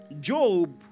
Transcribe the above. Job